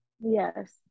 Yes